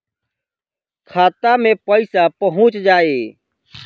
खाता मे पईसा पहुंच जाई